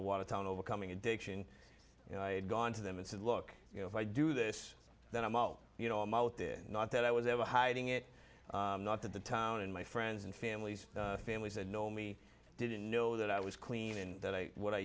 watertown overcoming addiction you know i had gone to them and said look you know if i do this then i'm out you know i'm out there not that i was ever hiding it not that the town and my friends and families families that know me didn't know that i was clean and that i w